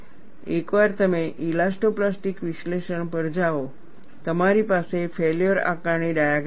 એકવાર તમે ઇલાસ્ટોપ્લાસ્ટિક વિશ્લેષણ પર જાઓ તમારી પાસે ફેલ્યોર આકારણી ડાયાગ્રામ હશે